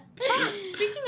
speaking